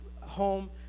home